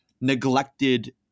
neglected